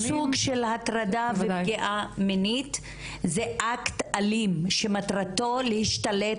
כל סוג של הטרדה ופגיעה מינית הוא אקט אלים שמטרתו להשתלט